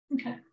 Okay